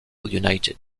united